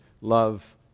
love